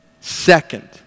Second